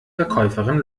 verkäuferin